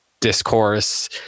discourse